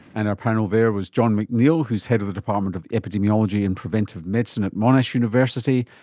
and our panel there was john mcneil who is head of the department of epidemiology and preventative medicine at monash university,